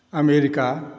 America